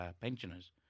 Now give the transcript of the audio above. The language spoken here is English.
pensioners